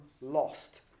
lost